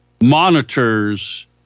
monitors